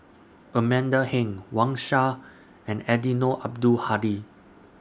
Amanda Heng Wang Sha and Eddino Abdul Hadi